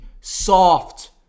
Soft